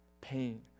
pain